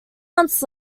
months